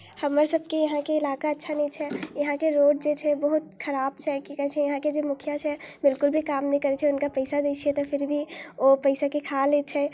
हमरसबके इहाँके इलाका अच्छा नहि छै इहाँके रोड जे छै बहुत खराब छै इहाँके जे मुखिआ छै बिल्कुल भी काम नहि करै छै हुनकापइसा दै छिए तऽ फिर भी ओ पइसाके खा लै छै